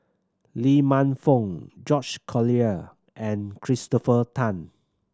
Lee Man Fong George Collyer and Christopher Tan